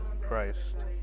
Christ